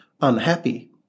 unhappy